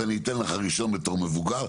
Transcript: אז אני אתן לך ראשון בתור מבוגר.